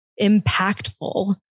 impactful